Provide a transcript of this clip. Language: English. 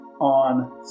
on